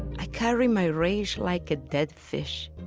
i carry my rage like a dead fish,